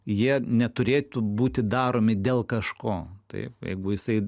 jie neturėtų būti daromi dėl kažko taip jeigu jisai